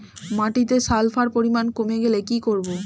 মাটিতে সালফার পরিমাণ কমে গেলে কি করব?